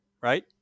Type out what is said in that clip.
right